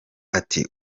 ati